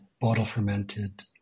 bottle-fermented